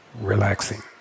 Relaxing